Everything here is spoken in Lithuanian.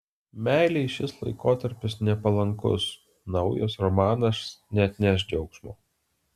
meilei šis laikotarpis nepalankus naujas romanas neatneš džiaugsmo